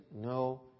no